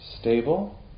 stable